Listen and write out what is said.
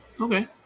Okay